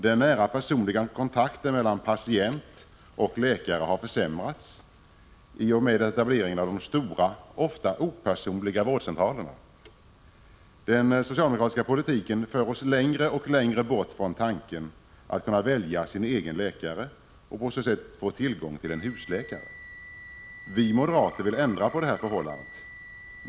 Den nära personliga kontakten mellan patient och läkare har försämrats i och med etableringen av de stora, ofta opersonliga, vårdcentralerna. Den socialdemokratiska politiken för oss längre och längre bort från tanken att man skall kunna välja sin egen läkare och på så sätt få tillgång till en husläkare. Vi moderater vill ändra på detta förhållande.